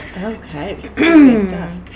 Okay